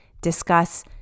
discuss